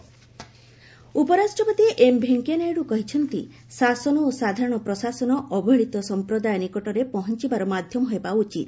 governance Naidu ଉପରାଷ୍ଟ୍ରପତି ଏମ୍ଭେଙ୍କିୟାନାଇଡୁ କହିଛନ୍ତି ଶାସନ ଓ ସାଧାରଣ ପ୍ରଶାସନ ଅବହେଳିତ ସଂପ୍ରଦାୟ ନିକଟରେ ପହଞ୍ଚବାର ମାଧ୍ୟମ ହେବା ଉଚିତ